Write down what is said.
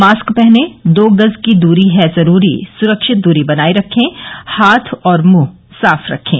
mask पहनें दो गज की दूरी है जरूरी सुरक्षित दूरी बनाए रखें हाथ और मुंह साफ रखें